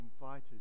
invited